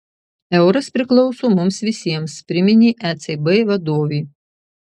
euras priklauso mums visiems priminė ecb vadovė